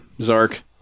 Zark